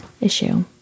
issue